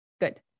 Good